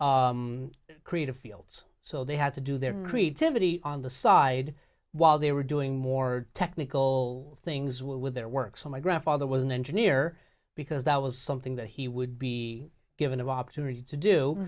creative fields so they had to do their creativity on the side while they were doing more technical things with their work so my grandfather was an engineer because that was something that he would be given the opportunity to do